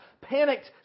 Panicked